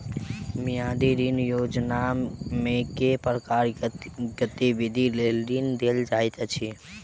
मियादी ऋण योजनामे केँ प्रकारक गतिविधि लेल ऋण देल जाइत अछि